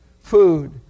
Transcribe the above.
food